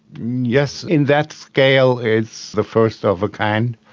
yes, in that scale it's the first of a kind.